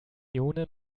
ionen